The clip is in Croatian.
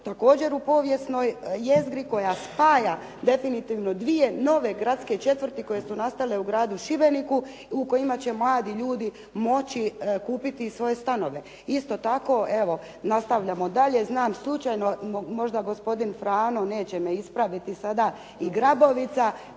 također u povijesnoj jezgri koja spaja definitivno dvije nove gradske četvrti koje su nastale u Gradu Šibeniku u kojima će mladi ljudi moći kupiti svoje stanove. Isto tako evo, nastavljamo dalje. Znam slučajno, možda gospodin Frano neće me ispraviti sada, i Grabovica…